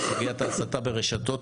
זאת סוגיית ההסתה ברשתות.